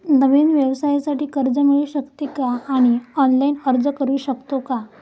नवीन व्यवसायासाठी कर्ज मिळू शकते का आणि ऑनलाइन अर्ज करू शकतो का?